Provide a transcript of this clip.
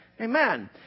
Amen